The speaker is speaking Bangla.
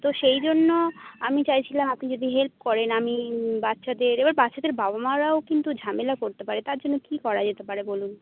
তো সেই জন্য আমি চাইছিলাম আপনি যদি হেল্প করেন আমি বাচ্চাদের এবার বাচ্চাদের বাবা মারাও কিন্তু ঝামেলা করতে পারে তার জন্য কী করা যেতে পারে বলুন